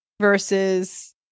versus